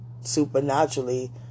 Supernaturally